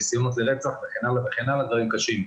נסיונות לרצח וכן הלאה דברים קשים.